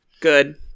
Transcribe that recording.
good